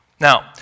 Now